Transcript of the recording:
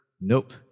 Nope